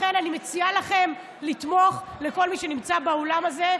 לכן אני מציעה לכם לתמוך, לכל מי שנמצא באולם הזה.